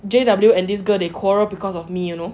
J_W and this girl they quarrel because of me you know